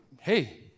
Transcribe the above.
hey